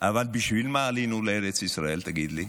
אבל בשביל מה עלינו לארץ ישראל, תגיד לי?